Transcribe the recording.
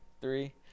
Three